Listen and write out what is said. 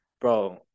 bro